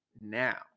now